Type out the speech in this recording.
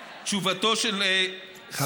תשובתו של שר הרווחה, לדברייך.